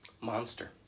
Monster